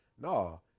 No